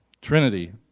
Trinity